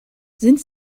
sind